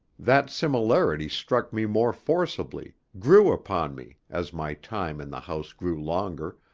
that similarity struck me more forcibly, grew upon me, as my time in the house grew longer,